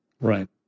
Right